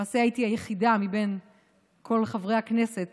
למעשה, הייתי היחידה מבין כל חברי הכנסת